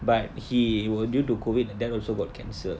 but he will due to COVID and that also got cancelled